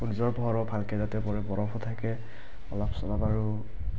সূৰ্যৰ পোহৰো ভালকৈ তাতে পৰে বৰফো থাকে অলপ চলপ আৰু